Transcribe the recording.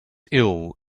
ill